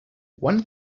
one